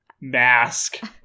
mask